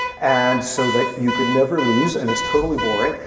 and so that you could never lose, and it's totally boring.